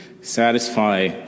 satisfy